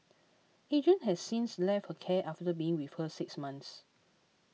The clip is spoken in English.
Adrian has since left her care after being with her six months